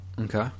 Okay